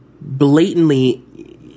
blatantly